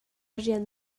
rian